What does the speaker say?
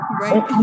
Right